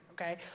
okay